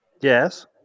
yes